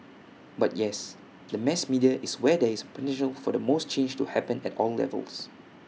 but yes the mass media is where there is potential for the most change to happen at all levels